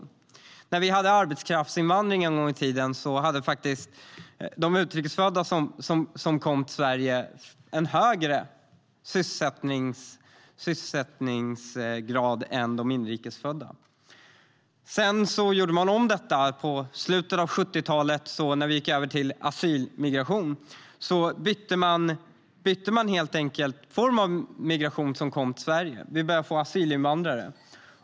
När vi en gång i tiden hade arbetskraftsinvandring hade faktiskt de utrikesfödda som kom till Sverige en högre sysselsättningsgrad än de inrikesfödda. Sedan gjorde man gjorde om detta. I slutet av 70-talet när vi gick över till asylmigration bytte den migration som kom till Sverige skepnad. Vi började få asylinvandrare.